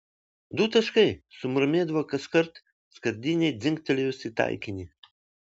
du taškai sumurmėdavo kaskart skardinei dzingtelėjus į taikinį